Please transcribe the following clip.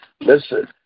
Listen